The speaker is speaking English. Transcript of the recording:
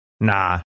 Nah